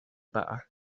better